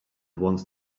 once